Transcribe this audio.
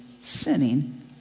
sinning